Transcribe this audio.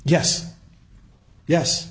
yes yes